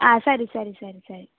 ಆಂ ಸರಿ ಸರಿ ಸರಿ ಸರಿ